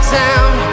town